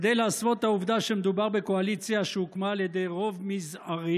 כדי להסוות את העובדה שמדובר בקואליציה שהוקמה על ידי רוב מזערי,